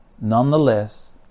Nonetheless